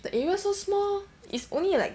the area so small it's only like